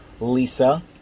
Lisa